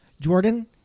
jordan